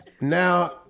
Now